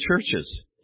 churches